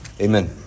Amen